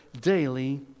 daily